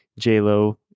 JLo